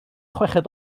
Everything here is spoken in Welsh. chweched